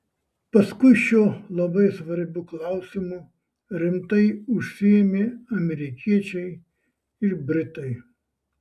paskui šiuo labai svarbiu klausimu rimtai užsiėmė amerikiečiai ir britai